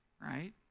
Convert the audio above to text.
right